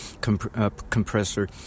compressor